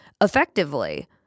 effectively